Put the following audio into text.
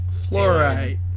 fluorite